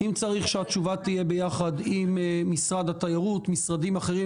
אם צריך שהתשובה תהיה ביחד עם משרד התיירות או משרדים אחרים,